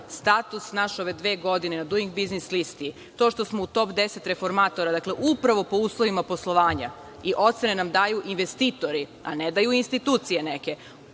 status naš ove dve godine na Duing biznis listi, to što smo u top deset reformatora upravo po uslovima poslovanja, ocene nam daju investitori, a ne daju institucije neke,